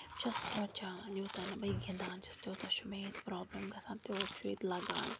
بہٕ چھَس سونٛچان یوٗتاہ نہٕ بہٕ یہِ گِنٛدان چھَس تیوٗتاہ چھُ مےٚ ییٚتہِ پرٛابلِم گژھان تیوٗت چھُ ییٚتہِ لَگان